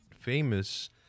famous